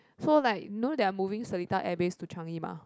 so like know they're moving Seletar air base to Changi mah